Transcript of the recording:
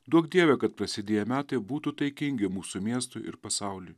duok dieve kad prasidėję metai būtų taikingi mūsų miestui ir pasauliui